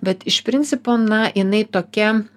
bet iš principo na jinai tokia